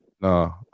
No